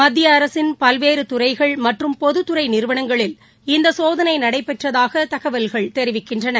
மத்திய அரசின் பல்வேறு துறைகள் மற்றும் பொதுத்துறை நிறுவனங்களில் இந்த சோதனை நடைபெற்றதாக தகவல்கள் தெரிவிக்கின்றன